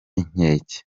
inkeke